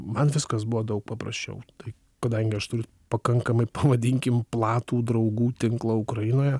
man viskas buvo daug paprasčiau tai kadangi aš turiu pakankamai pavadinkim platų draugų tinklą ukrainoje